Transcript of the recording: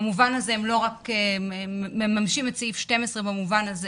במובן הזה הם לא רק מממשים את סעיף 12 של האמנה,